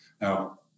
now